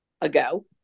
ago